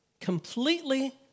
completely